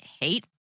hate